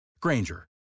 Granger